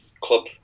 club